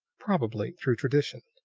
probably through tradition.